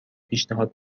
پیشنهاد